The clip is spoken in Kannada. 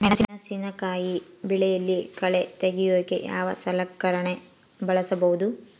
ಮೆಣಸಿನಕಾಯಿ ಬೆಳೆಯಲ್ಲಿ ಕಳೆ ತೆಗಿಯೋಕೆ ಯಾವ ಸಲಕರಣೆ ಬಳಸಬಹುದು?